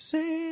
Say